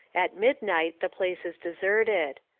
at midnight the place is deserted.